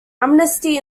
amnesty